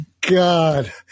God